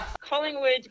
Collingwood